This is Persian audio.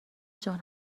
جان